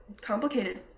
complicated